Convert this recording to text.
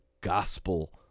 gospel